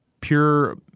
pure